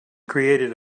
created